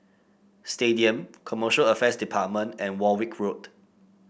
Stadium Commercial Affairs Department and Warwick Road